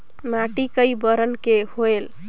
माटी कई बरन के होयल?